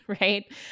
right